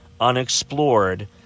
unexplored